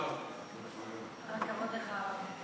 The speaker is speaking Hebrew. בבקשה, גברתי.